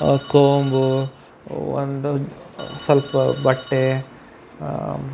ಕೋಂಬು ಒಂದು ಸ್ವಲ್ಪ ಬಟ್ಟೆ